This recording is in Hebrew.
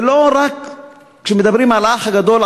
זה לא רק כשמדברים על ה"אח הגדול",